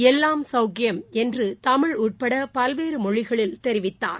எல்லாம் சவுக்கியம் என்றுதமிழ் உட்படபல்வேறுமொழிகளில் தெரிவித்தார்